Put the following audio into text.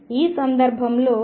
ఈ సందర్భంలో x 0